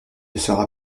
sera